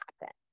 happen